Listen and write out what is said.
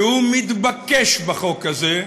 שהוא מתבקש בחוק הזה,